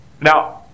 now